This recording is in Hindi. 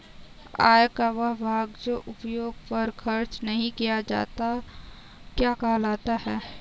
आय का वह भाग जो उपभोग पर खर्च नही किया जाता क्या कहलाता है?